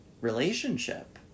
relationship